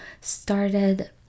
started